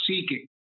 seeking